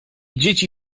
dzieci